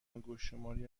انگشتشماری